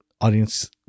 audience